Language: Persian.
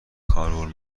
کارول